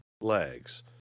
legs